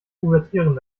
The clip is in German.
pubertierende